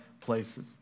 places